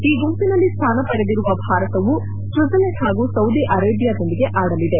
ಈ ಗುಂಪಿನಲ್ಲಿ ಸ್ವಾನ ಪಡೆದಿರುವ ಭಾರತವು ಸ್ವಿಡ್ಜರ್ಲೆಂಡ್ ಹಾಗೂ ಸೌದಿಅರೆಬಿಯಾದೊಂದಿಗೆ ಆಡಲಿದೆ